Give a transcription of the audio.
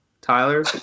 Tyler